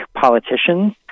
politicians